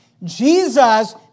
Jesus